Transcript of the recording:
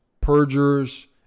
perjurers